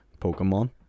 Pokemon